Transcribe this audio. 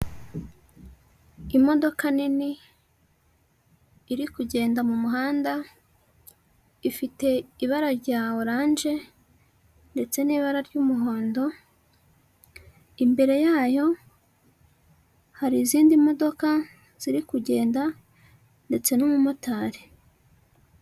Imodoka nini iri kugenda mu muhanda ifite ibara rya oranje ndetse n'ibara ry'umuhondo, imbere yayo hari izindi modoka ziri kugenda ndetse n'umumotari.